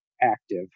active